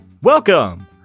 Welcome